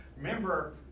Remember